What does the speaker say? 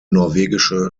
norwegische